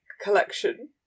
collection